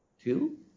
Two